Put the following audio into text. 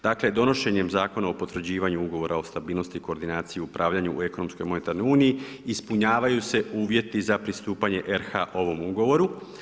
Dakle, donošenjem Zakona o potvrđivanju Ugovora o stabilnosti, koordinaciji i upravljanju u ekonomskoj i monetarnoj uniji ispunjavaju se uvjeti za pristupanje RH ovom Ugovoru.